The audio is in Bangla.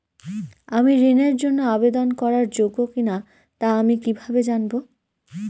আমি ঋণের জন্য আবেদন করার যোগ্য কিনা তা আমি কীভাবে জানব?